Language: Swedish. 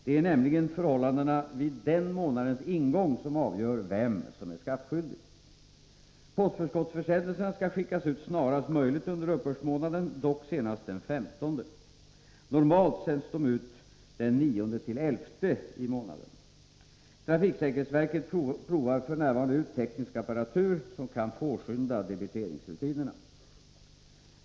Det är nämligen förhållandena vid den månadens ingång som avgör vem som är skattskyldig. Postförskottsförsändelserna skall skickas ut snarast möjligt under uppbördsmånaden, dock senast den 15. Normalt sänds de ut den 9-11 i månaden. Trafiksäkerhetsverket provar f. n. ut teknisk apparatur som kan påskynda debiteringsrutinerna.